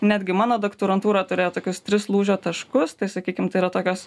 netgi mano doktorantūra turėjo tokius tris lūžio taškus tai sakykim tai yra tokios